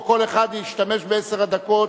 או כל אחד ישתמש בעשר הדקות